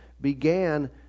began